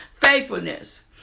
faithfulness